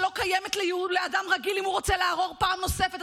שלא קיימת לאדם רגיל אם הוא רוצה לערער פעם נוספת.